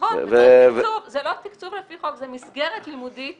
נכון, זה לא תקצוב על פי חוק, זה מסגרת לימודית